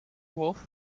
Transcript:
wolf